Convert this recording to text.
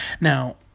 Now